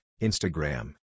Instagram